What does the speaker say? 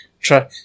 try